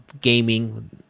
gaming